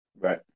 Right